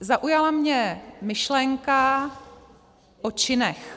Zaujala mě myšlenka o činech.